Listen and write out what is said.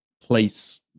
place